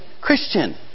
Christian